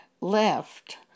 left